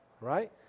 right